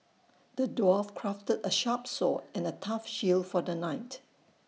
the dwarf crafted A sharp sword and A tough shield for the knight